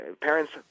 parents